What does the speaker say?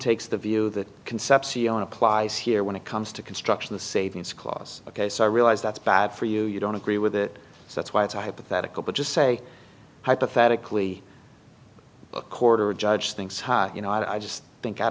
takes the view that concepcion applies here when it comes to construction the savings clause ok so i realize that's bad for you you don't agree with it that's why it's hypothetical but just say hypothetically a quarter judge thinks ha you know i just think that